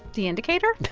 the indicator?